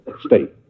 state